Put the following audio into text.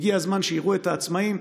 הגיע הזמן שיראו את העצמאים,